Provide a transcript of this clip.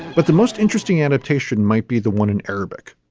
but the most interesting adaptation might be the one in arabic